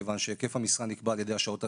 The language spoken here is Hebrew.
כיוון שהיקף המשרה נקבע על ידי השעות הרגילות,